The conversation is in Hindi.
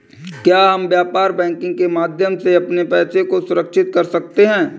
क्या हम व्यापार बैंकिंग के माध्यम से अपने पैसे को सुरक्षित कर सकते हैं?